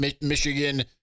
michigan